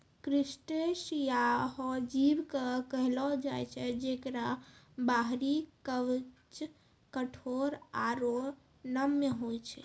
crustacea हो जीव कॅ कहलो जाय छै जेकरो बाहरी कवच कठोर आरो नम्य होय छै